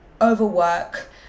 overwork